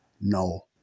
no